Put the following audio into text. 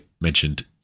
mentioned